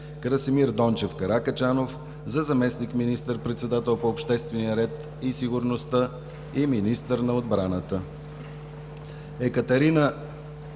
Красимир Дончев Каракачанов – за заместник министър-председател по обществения ред и сигурността и министър на отбраната, - Екатерина